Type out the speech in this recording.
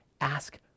ask